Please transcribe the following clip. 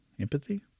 Empathy